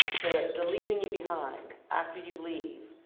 the the leaving you behind after you leave,